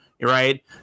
right